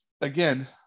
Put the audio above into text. again